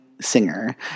singer